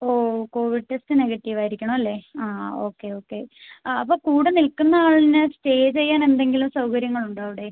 ഓ covid test negative ആയിരിക്കണം അല്ലേ ആ ഓക്കേ ഓക്കേ ആ അപ്പോൾ കൂടെ നിൽക്കുന്ന ആളിന് സ്റ്റേ ചെയ്യാൻ എന്തെങ്കിലും സൗകര്യങ്ങൾ ഉണ്ടോ അവിടെ